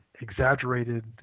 exaggerated